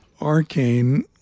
arcane